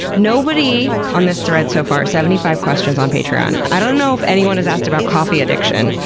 nobody on this thread so far, seventy five questions on patreon, i don't know if anyone has asked about coffee addiction,